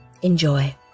enjoy